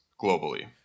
globally